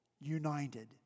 united